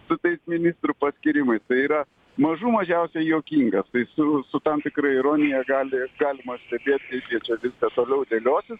su tais ministrų paskyrimais tai yra mažų mažiausiai juokingas tai su su tam tikra ironija gal galima stebėt kaip jie čia viską toliau dėliosis